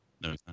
No